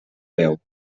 veu